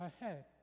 ahead